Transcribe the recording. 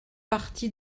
partie